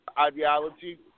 ideology